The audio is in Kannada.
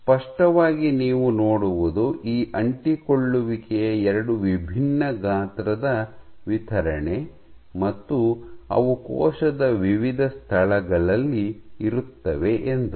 ಸ್ಪಷ್ಟವಾಗಿ ನೀವು ನೋಡುವುದು ಈ ಅಂಟಿಕೊಳ್ಳುವಿಕೆಯ ಎರಡು ವಿಭಿನ್ನ ಗಾತ್ರದ ವಿತರಣೆ ಮತ್ತು ಅವು ಕೋಶದ ವಿವಿಧ ಸ್ಥಳಗಳಲ್ಲಿ ಇರುತ್ತವೆ ಎಂದು